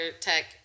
Tech